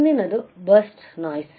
ಮುಂದಿನದನ್ನು ಬರ್ಸ್ಟ್ ಶಬ್ದ